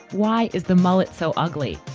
why is the mullet so ugly?